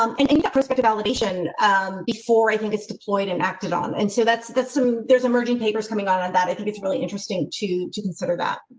um think think the perspective validation before i think it's deployed and acted on and so that's that's some, there's emerging papers coming out on that. i think it's really interesting to to consider that.